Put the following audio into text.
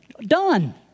Done